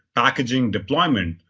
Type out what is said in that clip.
packaging, deployment,